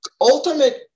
ultimate